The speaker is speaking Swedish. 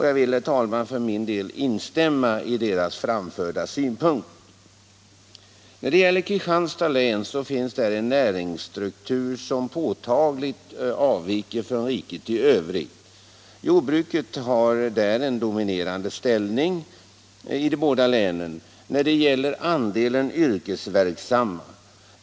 Jag vill, herr talman, för min del instämma i deras framförda synpunkter. Kristianstads län har en näringsstruktur som påtagligt avviker från riket i övrigt. Jordbruket har en dominerande ställning när det gäller andelen yrkesverksamma.